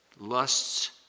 lusts